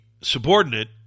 subordinate